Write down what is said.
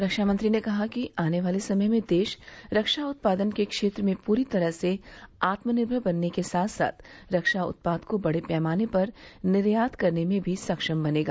रक्षामंत्री ने कहा कि आने वाले समय में देश रक्षा उत्पादन के क्षेत्र में पूरी तरह से आत्मनिर्भर बनने के साथ साथ रक्षा उत्पाद को बड़े पैमाने पर निर्यात करने में भी सक्षम बनेगा